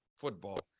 football